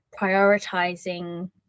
prioritizing